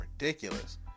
ridiculous